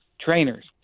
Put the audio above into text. trainers